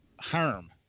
harm